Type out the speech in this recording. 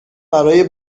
برای